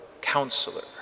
counselor